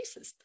racist